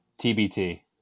TBT